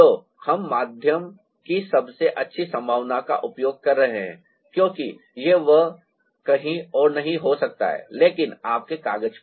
तो हम माध्यम की सबसे अच्छी संभावना का उपयोग कर रहे हैं क्योंकि यह कहीं और नहीं हो सकता है लेकिन आपके कागज पर